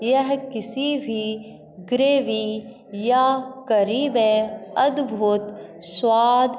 यह किसी भी ग्रेवी या क़रीब वे अद्भुत स्वाद